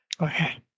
Okay